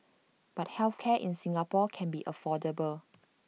but health care in Singapore can be affordable